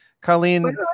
Colleen